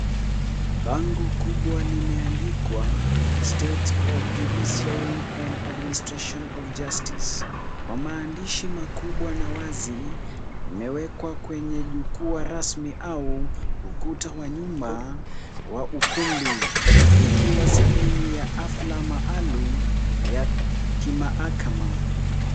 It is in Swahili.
Bango kubwa limeandikwa States of Judiciary and Administration of Justice, kwa maandishi makubwa na wazi limewekwa kwenye jukwaa rasmi au ukuta wa nyuma wa ukumbi ,likiwa sehemu ya ghafla maalumu ya kimahakama.